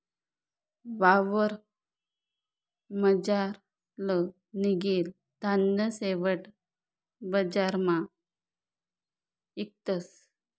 वावरमझारलं निंघेल धान्य शेवट बजारमा इकतस